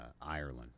Ireland